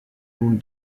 nun